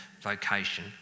vocation